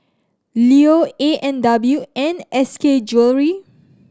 Leo A and W and S K Jewellery